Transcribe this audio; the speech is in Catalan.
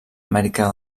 amèrica